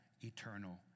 eternal